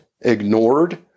ignored